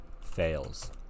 Fails